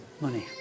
money